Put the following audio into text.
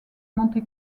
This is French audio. monte